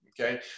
Okay